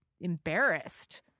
embarrassed